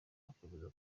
akomeza